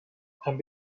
and